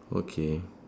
okay